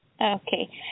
Okay